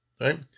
right